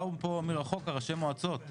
באו פה מרחוק ראשי המועצות.